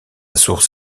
source